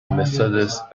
methodist